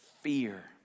fear